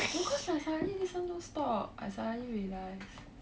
because like suddenly this one no stock I suddenly realize